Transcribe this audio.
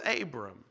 Abram